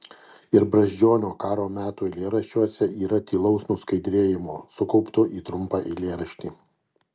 ir brazdžionio karo metų eilėraščiuose yra tylaus nuskaidrėjimo sukaupto į trumpą eilėraštį